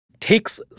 takes